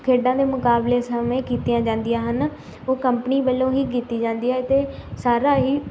ਖੇਡਾਂ ਦੇ ਮੁਕਾਬਲੇ ਸਮੇਂ ਕੀਤੀਆਂ ਜਾਂਦੀਆਂ ਹਨ ਉਹ ਕੰਪਨੀ ਵਲੋਂ ਹੀ ਕੀਤੀ ਜਾਂਦੀ ਹੈ ਅਤੇ ਸਾਰਾ ਹੀ